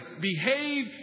behave